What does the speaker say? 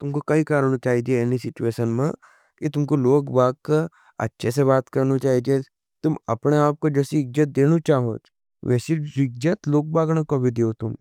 तुमका काई करना चाहिएच दी एनी सिट्वेशन में कि तुमका लोग बाग का अच्छे से बात करना चाहिएच। तुम अपने आपका जसी इक्ज़द देनु चाहिएच। वैसे जिक्ज़द लोग बाग न कभी देओ तुम।